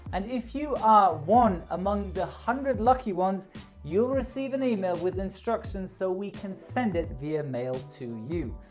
and if you are one among the hundred lucky ones you'll receive an email with instructions so we can send it via mail to you.